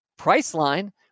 Priceline